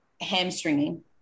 hamstringing